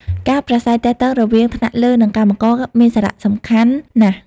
ការប្រាស្រ័យទាក់ទងរវាងថ្នាក់លើ និងកម្មករមានសារៈសំខាន់ណាស់។